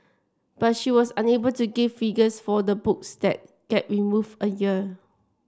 but she was unable to give figures for the books that get removed a year